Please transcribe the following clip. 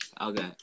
Okay